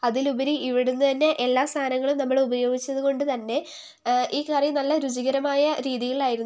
അതിലുപരി ഇവിടെ നിന്ന് തന്നെ എല്ലാ സാധനങ്ങളും നമ്മൾ ഉപയോഗിച്ചതുകൊണ്ട് തന്നെ ഈ കറി നല്ല രുചികരമായ രീതിയിലായിരുന്നു